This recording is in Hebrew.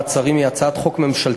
מעצרים) (תיקון מס' 13) היא הצעת חוק ממשלתית,